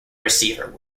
receiver